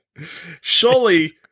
Surely